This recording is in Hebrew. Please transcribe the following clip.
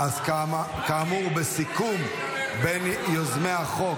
כאמור, בסיכום בין יוזמי החוק